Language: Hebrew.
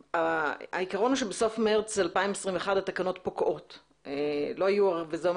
העיקרון הוא שבסוף מארס 2021 התקנות פוקעות וזה אמר